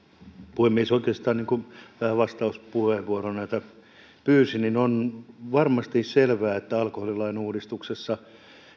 puhemies oikeastaan niin kuin vastauspuheenvuorona tämän pyysin on varmasti selvää että alkoholilain uudistuksessa